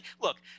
look